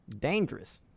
Dangerous